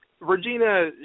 Regina